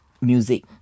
music